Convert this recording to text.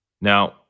Now